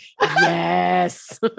yes